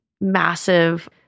massive